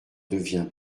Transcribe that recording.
deviens